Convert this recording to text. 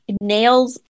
nails